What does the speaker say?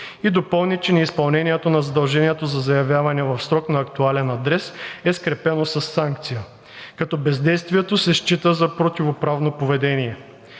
и допълни, че неизпълнението на задължението за заявяване в срок на актуален адрес е скрепено със санкция, като бездействието се счита за противоправно поведение.